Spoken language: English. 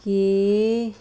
K